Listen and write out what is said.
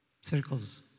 circles